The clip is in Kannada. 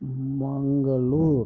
ಮಂಗಳೂರ್